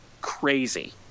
crazy